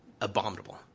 abominable